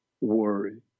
worry